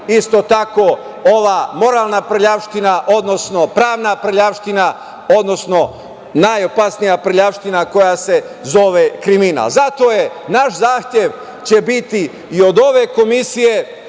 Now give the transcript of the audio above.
isto tako ova moralna prljavština, odnosno pravna prljavština, odnosno najopasnija prljavština koja se zove kriminal. Zato će naš zahtev biti i od ove komisije,